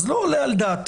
אז לא עולה על דעתי